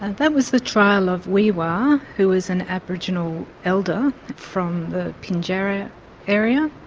and that was the trial of wee-waa, who was an aboriginal elder from the pinjarra area,